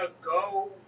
go